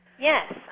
Yes